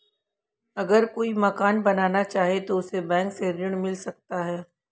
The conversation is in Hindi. अगर कोई मकान बनाना चाहे तो उसे बैंक से ऋण मिल सकता है?